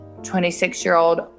26-year-old